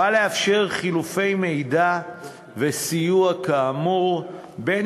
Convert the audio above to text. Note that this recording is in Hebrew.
בא לאפשר חילופי מידע וסיוע כאמור בין